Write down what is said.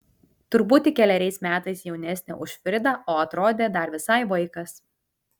turbūt tik keleriais metais jaunesnė už fridą o atrodė dar visai vaikas